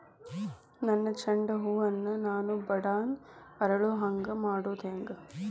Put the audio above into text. ನನ್ನ ಚಂಡ ಹೂ ಅನ್ನ ನಾನು ಬಡಾನ್ ಅರಳು ಹಾಂಗ ಮಾಡೋದು ಹ್ಯಾಂಗ್?